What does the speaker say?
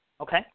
Okay